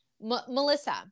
Melissa